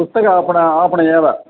पुस्तक आपणम् आपणम् एव